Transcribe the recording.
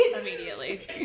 immediately